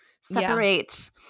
separate